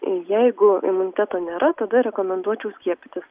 jeigu imuniteto nėra tada rekomenduočiau skiepytis